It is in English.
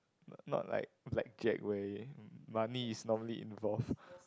not like like Jack way money is normally involved